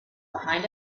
behind